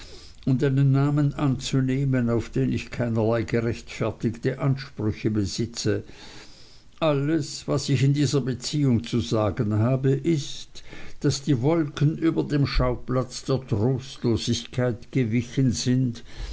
und einen namen anzunehmen auf den ich keinerlei gerechtfertigte ansprüche besitze alles was ich in dieser beziehung zu sagen habe ist daß die wolken über dem schauplatz der trostlosigkeit gewichen sind